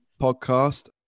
Podcast